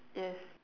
yes